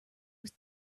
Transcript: was